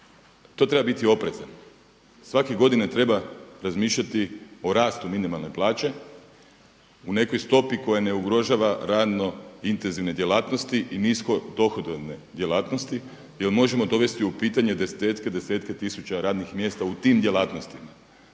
tu treba biti oprezan. Svake godine treba razmišljati o ratu minimalne plaće u nekoj stopi koja ne ugrožava radno intenzivne djelatnosti i nisko dohodovne djelatnosti jel možemo dovesti u pitanje desetke i desetke tisuća radnih mjesta u tim djelatnostima.